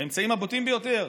עם האמצעים הבוטים ביותר,